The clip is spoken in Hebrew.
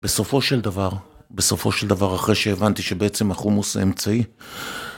בסופו של דבר, בסופו של דבר אחרי שהבנתי שבעצם החומוס זה אמצעי